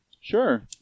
Sure